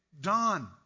done